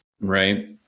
right